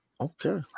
Okay